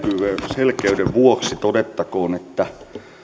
selkeyden vuoksi todettakoon että